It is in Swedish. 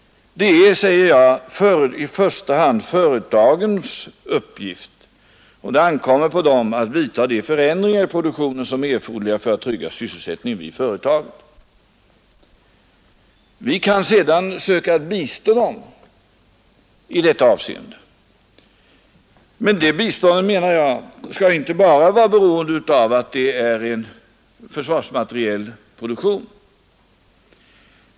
Det är, säger jag, i första hand företagens uppgift att vidta de förändringar i produktionen som är erforderliga för att trygga sysselsättningen vid företagen. Vi kan sedan söka bistå dem i det avseendet, men det biståndet skall, menar jag, inte vara beroende av att det är fråga om en försvarsmaterielproduktion.